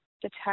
detect